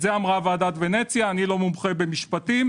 אני לא מומחה במשפטים.